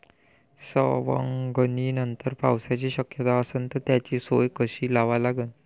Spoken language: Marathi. सवंगनीनंतर पावसाची शक्यता असन त त्याची सोय कशी लावा लागन?